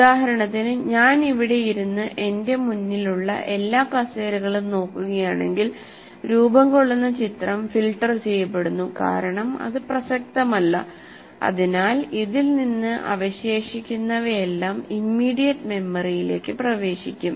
ഉദാഹരണത്തിന് ഞാൻ ഇവിടെ ഇരുന്നു എന്റെ മുന്നിലുള്ള എല്ലാ കസേരകളും നോക്കുകയാണെങ്കിൽ രൂപം കൊള്ളുന്ന ചിത്രം ഫിൽട്ടർ ചെയ്യപ്പെടുന്നു കാരണം അത് പ്രസക്തമല്ല അതിനാൽ ഇതിൽ നിന്ന് അവശേഷിക്കുന്നവയെല്ലാം ഇമ്മിഡിയറ്റ് മെമ്മറിയിലേക്ക് പ്രവേശിക്കും